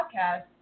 podcast